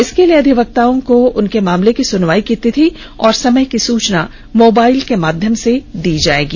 इसके लिए अधिवक्ताओं को उनके मामले की सुनवाई की तिथि और समय की सुचना मोबाइल फोन के माध्यम से दी जाएगी